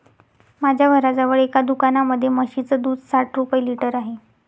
माझ्या घराजवळ एका दुकानामध्ये म्हशीचं दूध साठ रुपये लिटर आहे